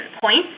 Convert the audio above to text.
points